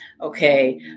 Okay